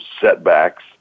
setbacks